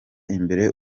imbere